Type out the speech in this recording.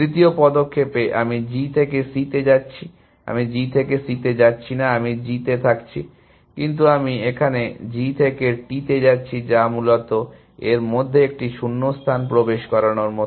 তৃতীয় পদক্ষেপে আমি G থেকে C তে যাচ্ছি আমি G থেকে C তে যাচ্ছি না আমি G তে থাকছি কিন্তু আমি এখানে G থেকে T তে যাচ্ছি যা মূলত এর মধ্যে একটি শূণ্যস্থান প্রবেশ করানোর মতো